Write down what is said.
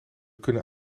kunnen